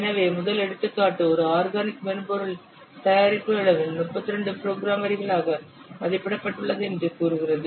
எனவே முதல் எடுத்துக்காட்டு ஒரு ஆர்கனிக் மென்பொருள் தயாரிப்பின் அளவு 32 ப்ரோக்ராம் வரிகளாக மதிப்பிடப்பட்டுள்ளது என்று கூறுகிறது